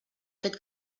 fet